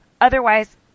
Otherwise